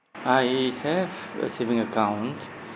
I have a saving account